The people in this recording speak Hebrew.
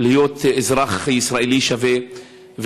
להיות אזרח ישראלי שווה,